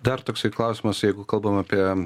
dar toksai klausimas jeigu kalbam apie